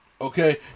Okay